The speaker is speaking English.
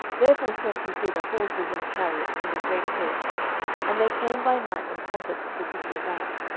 therefore sent he thither horses, and chariots, and a great host and they came by night, and compassed the city about.